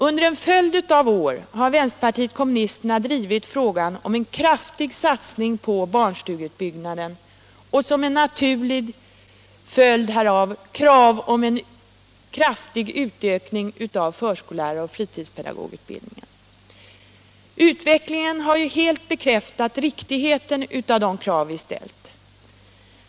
Under en följd av år har vänsterpartiet kommunisterna drivit frågan om en kraftig satsning på barnstugeutbyggnaden och, som en naturlig följd härav, kravet på en kraftig utökning av förskollärar och pedagogutbildningen. Utvecklingen har ju helt bekräftat riktigheten av de krav som vi ställt.